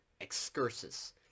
excursus